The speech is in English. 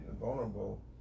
vulnerable